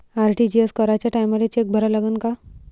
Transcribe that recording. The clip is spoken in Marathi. आर.टी.जी.एस कराच्या टायमाले चेक भरा लागन का?